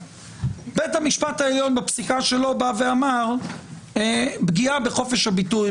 בית המשפט העליון בפסיקה שלו בא ואמר שפגיעה בחופש הביטוי,